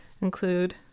include